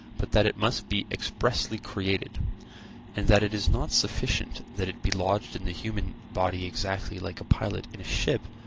but that it must be expressly created and that it is not sufficient that it be lodged in the human body exactly like a pilot in a ship,